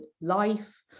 life